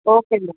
okay ma'am